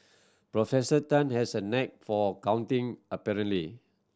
Professor Tan has a knack for counting apparently